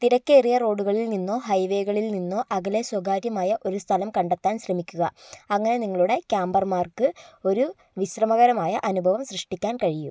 തിരക്കേറിയ റോഡുകളിൽ നിന്നോ ഹൈവേകളിൽ നിന്നോ അകലെ സ്വകാര്യമായ ഒരു സ്ഥലം കണ്ടെത്താൻ ശ്രമിക്കുക അങ്ങനെ നിങ്ങളുടെ ക്യാമ്പർമാർക്ക് ഒരു വിശ്രമകരമായ അനുഭവം സൃഷ്ടിക്കാൻ കഴിയും